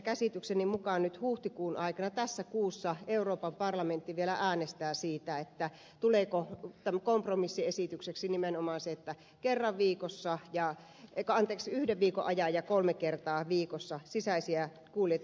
käsitykseni mukaan nyt huhtikuun aikana tässä kuussa euroopan parlamentti vielä äänestää siitä tuleeko kompromissiesitykseksi nimenomaan se että kerran viikossa ja joka keksi yhden viikon ajan ja kolme kertaa viikossa sisäisiä kuljetuksia